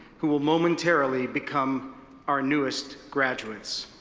who will momentarily become our newest graduates.